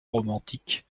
romantiques